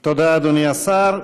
תודה, אדוני השר.